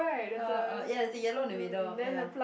uh uh ya there's a yellow in the middle ya